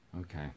Okay